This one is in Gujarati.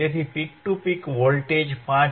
તેથી પીક ટુ પીક વોલ્ટેજ 5